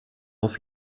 auf